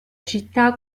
città